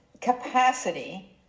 capacity